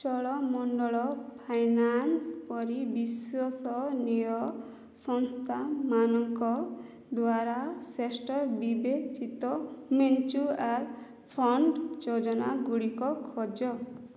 Cholamandalam finance ପରି ବିଶ୍ଵସନୀୟ ସଂସ୍ଥାମାନଙ୍କ ଦ୍ଵାରା ଶ୍ରେଷ୍ଠ ବିବେଚିତ ମ୍ୟୁଚୁଆଲ୍ ଫଣ୍ଡ ଯୋଜନା ଗୁଡ଼ିକ ଖୋଜ